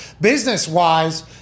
Business-wise